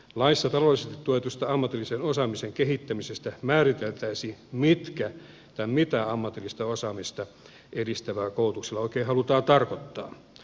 laissa taloudellisesti tuetusta ammatillisen osaamisen kehittämisestä määriteltäisiin mitä ammatillista osaamista edistävällä koulutuksella oikein halutaan tarkoittaa